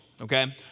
okay